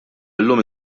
illum